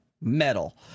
metal